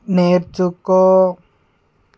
నేర్చుకో